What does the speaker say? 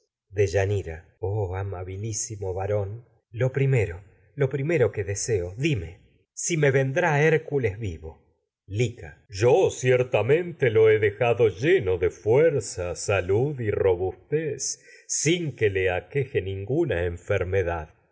olí amabilísimo varón me lo primero lo primero que deseo diqie si vendrá hércules vivo tragedias de sófocles lica yo ciertamente lo he dejado lleno de fuerza salud y robustez sin que le aqueje ninguna